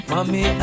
Mommy